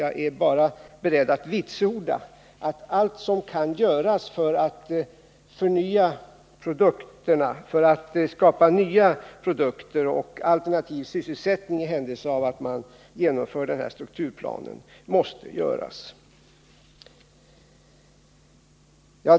Jag är bara beredd att vitsorda att allt som kan göras för att förnya produkter och skapa alternativa sysselsättningar är värdefullt, i händelse av att den här strukturplanen genomförs.